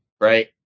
Right